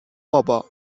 بابا